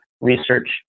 research